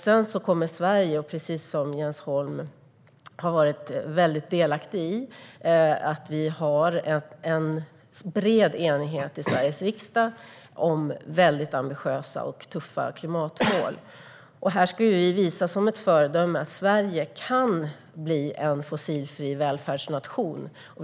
Sedan har vi, vilket Jens Holm har varit delaktig i, en bred enighet i Sveriges riksdag om väldigt ambitiösa och tuffa klimatmål. Vi ska visa som ett föredöme att Sverige kan bli en fossilfri välfärdsnation.